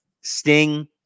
Sting